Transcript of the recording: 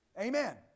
Amen